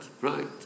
right